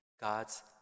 god's